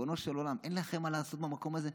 ריבונו של עולם, אין לכם מה לעשות במקום הזה.